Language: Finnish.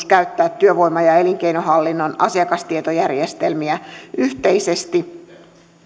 käyttää työvoima ja elinkeinohallinnon asiakastietojärjestelmiä yhteisesti